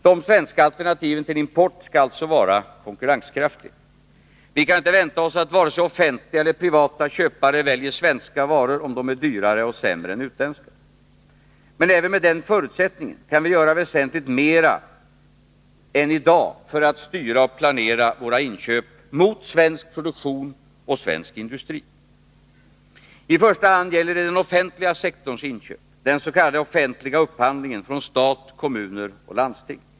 De svenska alternativen till import skall alltså vara konkurrenskraftiga. Vi kan inte vänta oss att vare sig offentliga eller privata köpare väljer svenska varor om de är dyrare och sämre än utländska. Men även med den förutsättningen kan vi göra väsentligt mera än idag för att styra och planera våra inköp mot svensk produktion och svensk industri. I första hand gäller det den offentliga sektorns inköp, den s.k. offentliga upphandlingen från stat, kommuner och landsting.